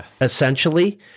essentially